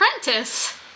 Apprentice